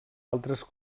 altres